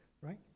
right